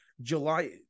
July –